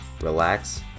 relax